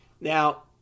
Now